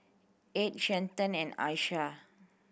Edd Stanton and Asha